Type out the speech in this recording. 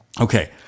Okay